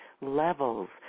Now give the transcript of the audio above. levels